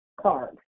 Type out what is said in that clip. card